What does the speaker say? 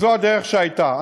וזאת הדרך שהייתה.